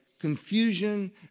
Confusion